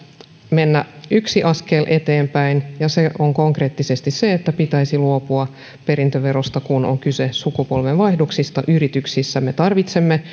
mennä yksi askel eteenpäin ja se on konkreettisesti se että pitäisi luopua perintöverosta kun on kyse sukupolvenvaihdoksista yrityksissä me tarvitsemme